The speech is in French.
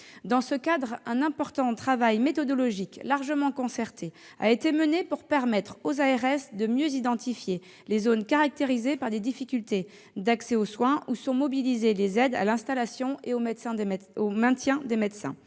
Dans ce cadre, un important travail méthodologique, largement concerté, a été mené pour permettre aux agences régionales de santé, les ARS, de mieux identifier les zones caractérisées par des difficultés d'accès aux soins, où sont mobilisées les aides à l'installation et au maintien des médecins.